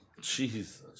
jesus